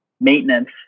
maintenance